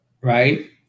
right